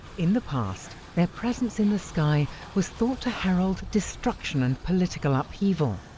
in the past, their presence in the sky was thought to herald destruction and political upheaval.